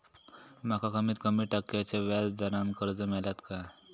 माका कमीत कमी टक्क्याच्या व्याज दरान कर्ज मेलात काय?